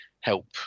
help